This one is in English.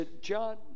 John